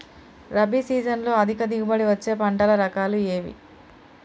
రబీ సీజన్లో అధిక దిగుబడి వచ్చే పంటల రకాలు ఏవి?